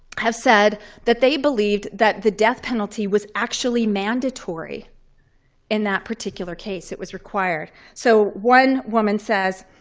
have said that they believed that the death penalty was actually mandatory in that particular case. it was required. so one woman says,